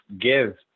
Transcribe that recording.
give